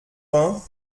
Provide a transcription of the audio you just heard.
vingt